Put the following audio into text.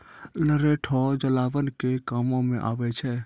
लरैठो जलावन के कामो मे आबै छै